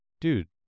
dude